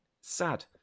Sad